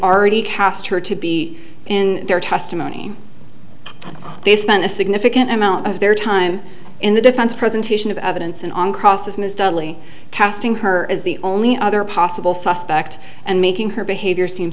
already cast her to be in their testimony they spent a significant amount of their time in the defense presentation of evidence and on cross of ms dudley casting her as the only other possible suspect and making her behavior seem